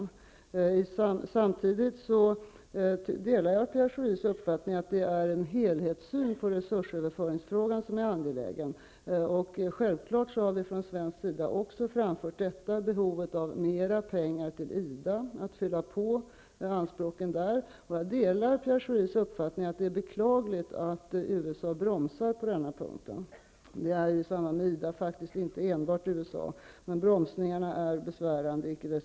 Samtidigt delar jag Pierre Schoris uppfattning att en helhetssyn på resursöverföringsfrågan är angelägen. Självfallet har vi från svensk sida också framhållit detta, och behovet av mera pengar till IDA för att fylla på när det gäller anspråken där. Och jag delar Pierre Schoris uppfattning att det är beklagligt att USA bromsar på den punkten. Det är faktiskt inte bara USA som bromsar i samband med IDA, men bromsningarna är inte desto mindre besvärande.